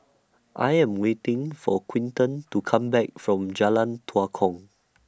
I Am waiting For Quinten to Come Back from Jalan Tua Kong